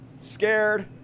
scared